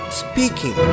speaking